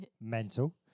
Mental